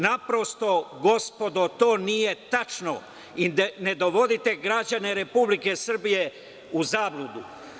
Naprosto gospodo, to nije tačno i ne dovodite građane Republike Srbije u zabludu.